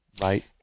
right